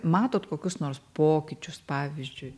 matot kokius nors pokyčius pavyzdžiui